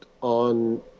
on